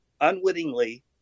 unwittingly